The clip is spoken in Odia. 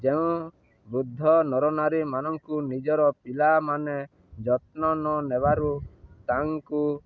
ଯେଉଁ ବୃଦ୍ଧ ନରନାରୀମାନଙ୍କୁ ନିଜର ପିଲାମାନେ ଯତ୍ନ ନ ନେବାରୁ ତାଙ୍କୁ